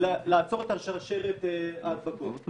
לעצור את שרשרת ההדבקות.